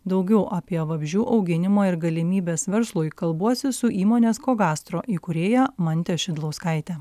daugiau apie vabzdžių auginimą ir galimybes verslui kalbuosi su įmonės cogastro įkūrėja mante šidlauskaite